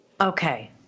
okay